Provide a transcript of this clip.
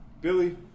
Billy